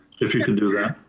if you could do that.